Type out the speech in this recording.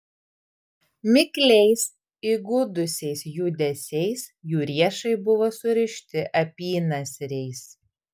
mikliais įgudusiais judesiais jų riešai buvo surišti apynasriais